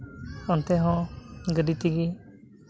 ᱚᱱᱛᱮ ᱦᱚᱸ ᱜᱟᱹᱰᱤ ᱛᱮᱜᱮ